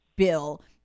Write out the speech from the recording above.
bill